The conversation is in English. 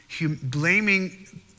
blaming